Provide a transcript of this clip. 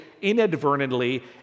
inadvertently